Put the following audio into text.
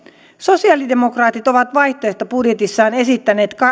sosialidemokraatit ovat vaihtoehtobudjetissaan esittäneet